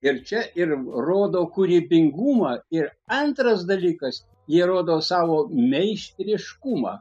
ir čia ir rodo kūrybingumą ir antras dalykas jie rodo savo meistriškumą